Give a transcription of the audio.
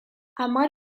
hamar